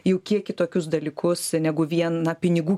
jau kiek kitokius dalykus negu vien na pinigų